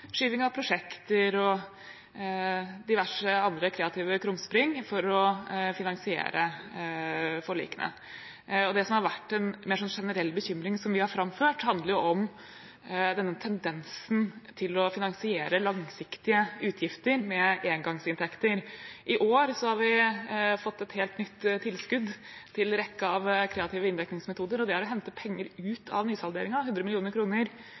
diverse andre kreative krumspring for å finansiere forlikene. Det som har vært en mer generell bekymring som vi har framført, handler om tendensen til å finansiere langsiktige utgifter med engangsinntekter. I år har vi fått et helt nytt tilskudd til rekken av kreative inndekningsmetoder, og det er å hente penger ut av nysalderingen – 100